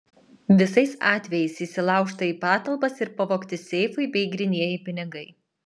visais atvejais įsilaužta į patalpas ir pavogti seifai bei grynieji pinigai